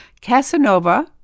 Casanova